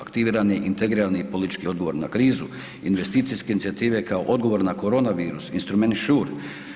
Aktiviran je integrirani politički odgovor na krizu, investicijske inicijative kao odgovor na korona virus, instrument Shure.